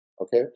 okay